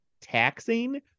taxing